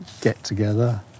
get-together